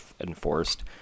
enforced